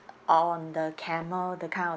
on the camel that kind of